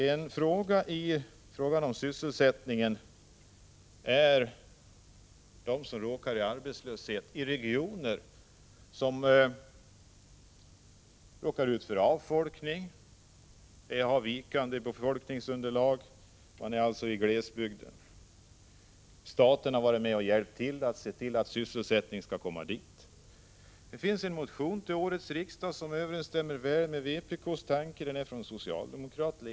Ett problem i samband med sysselsättningsfrågorna gäller dem som råkar i arbetslöshet i regioner som drabbas av avfolkning och har vikande befolkningsunderlag — alltså i glesbygden. Staten har kanske varit med och hjälpt till att få sysselsättning till orten. Det finns en motion till årets riksmöte, som överensstämmer väl med vpk:s tankar, av Leo Persson och andra socialdemokrater.